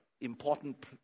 important